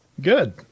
Good